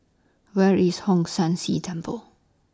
Where IS Hong San See Temple